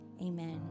Amen